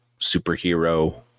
superhero